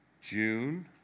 June